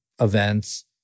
events